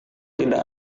tidak